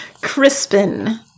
Crispin